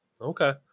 Okay